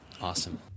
Awesome